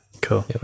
Cool